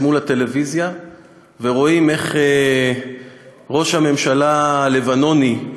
מול הטלוויזיה ורואים איך ראש הממשלה הלבנוני,